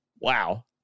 wow